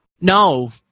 No